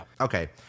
okay